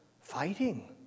fighting